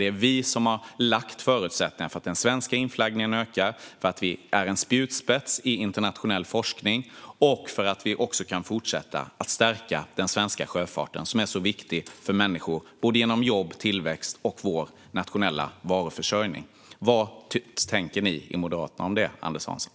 Det är vi som har skapat förutsättningarna för att den svenska inflaggningen ökar, för att vi kan vara en spjutspets i internationell forskning och för att vi också kan fortsätta att stärka den svenska sjöfarten, som är så viktig för människor genom både jobb, tillväxt och vår nationella varuförsörjning. Vad tänker ni i Moderaterna om det, Anders Hansson?